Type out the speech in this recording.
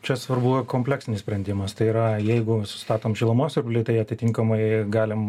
čia svarbu kompleksinis sprendimas tai yra jeigu sustatom šilumos siurblį tai atitinkamai galim